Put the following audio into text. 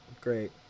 great